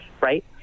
Right